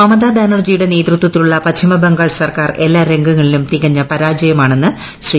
മമത ബാനർജിയുടെ നേതൃത്വത്തിലുള്ള പശ്ചിമബംഗാൾ സർക്കാർ എല്ലാ രംഗങ്ങളിലും തികഞ്ഞ പരാജയമാണെന്ന് ശ്രീ